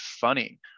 funny